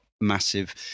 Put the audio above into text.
massive